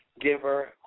giver